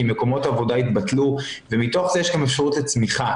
כי מקומות העבודה התבטלו ומתוך זה יש גם אפשרות לצמיחה,